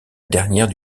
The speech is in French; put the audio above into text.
dernière